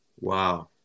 Wow